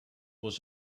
was